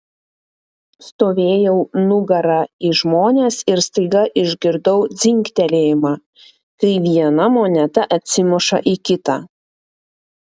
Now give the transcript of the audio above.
stovėjau nugara į žmones ir staiga išgirdau dzingtelėjimą kai viena moneta atsimuša į kitą